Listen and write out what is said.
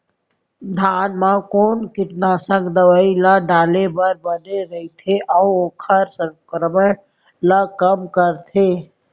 धान म कोन कीटनाशक दवई ल डाले बर बने रइथे, अऊ ओखर संक्रमण ल कम करथें?